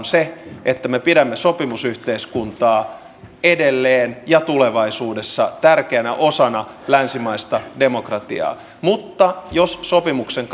se että me pidämme sopimusyhteiskuntaa edelleen ja tulevaisuudessa tärkeänä osana länsimaista demokratiaa mutta jos sopimuksen